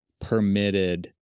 permitted